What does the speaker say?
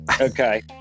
Okay